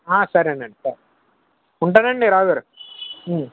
సరే నండి సరే ఉంటానండి రావు గారు